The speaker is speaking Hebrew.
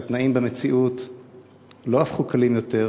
שהתנאים במציאות לא הפכו קלים יותר,